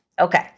Okay